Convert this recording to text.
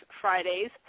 Fridays